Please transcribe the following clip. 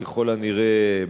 ככל הנראה,